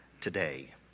today